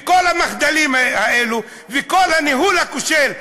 לכל המחדלים האלה ולכל הניהול הכושל,